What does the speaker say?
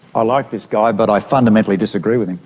i like this guy but i fundamentally disagree with him.